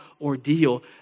ordeal